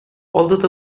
although